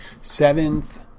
Seventh